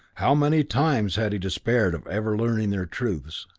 how many times had he despaired of ever learning their truths,